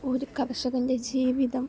ഒര് കർഷകൻ്റെ ജീവിതം